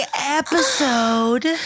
episode